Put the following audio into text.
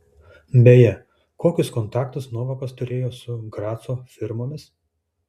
beje kokius kontaktus novakas turėjo su graco firmomis